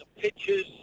pictures